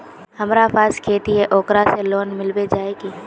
हमरा पास खेती है ओकरा से लोन मिलबे जाए की?